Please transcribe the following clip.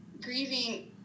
grieving